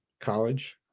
college